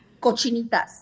Cochinitas